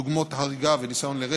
דוגמת הריגה וניסיון לרצח,